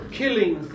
killing